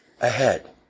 ahead